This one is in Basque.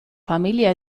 familia